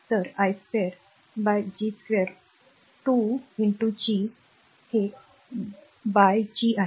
तर i2 G2 2 G हे r by G आहे